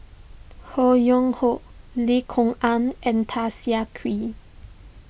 Ho Yuen Hoe Lim Kok Ann and Tan Siah Kwee